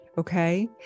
Okay